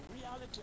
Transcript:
reality